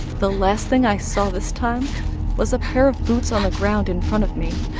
the last thing i saw this time was a pair of boots on the ground in front of me.